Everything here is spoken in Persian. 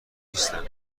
نیستن